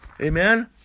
Amen